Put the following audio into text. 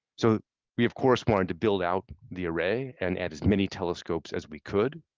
so we of course want and to build out the array and that as many telescopes as we could.